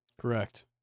Correct